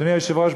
אדוני היושב-ראש,